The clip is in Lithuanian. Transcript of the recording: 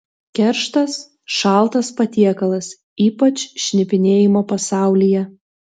kerštas šaltas patiekalas ypač šnipinėjimo pasaulyje